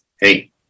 hey